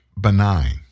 benign